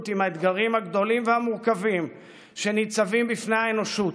עם האתגרים הגדולים והמורכבים שניצבים בפני האנושות,